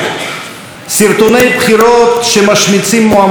סרטוני בחירות שמשמיצים מועמדים חרדים,